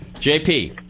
JP